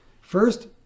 First